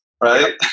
right